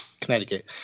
connecticut